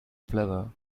flower